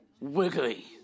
Wiggly